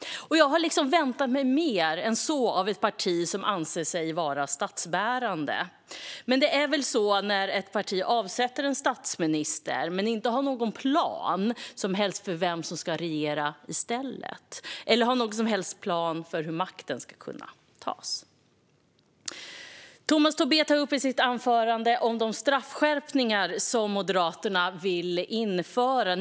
Jag hade väntat mig mer än så av ett parti som anser sig vara statsbärande. Men det är väl så när ett parti avsätter en statsminister men inte har någon som helst plan för vem som ska regera i stället eller för hur makten ska kunna tas. I ditt anförande, Tomas Tobé, tog du upp de straffskärpningar som Moderaterna vill införa.